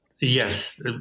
yes